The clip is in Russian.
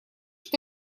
что